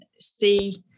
see